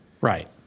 Right